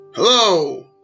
Hello